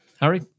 Harry